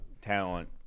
talent